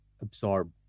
absorb